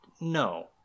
no